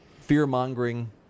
fear-mongering